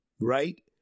right